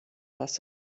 wasser